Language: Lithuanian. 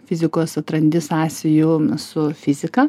fizikos atrandi sąsajų su fizika